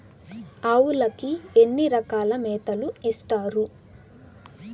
ఆవులకి ఎన్ని రకాల మేతలు ఇస్తారు?